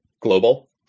global